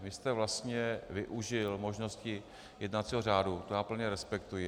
Vy jste vlastně využil možnosti jednacího řádu, to plně respektuji.